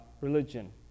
religion